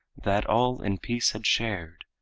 that all in peace had shared.